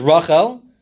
Rachel